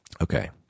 Okay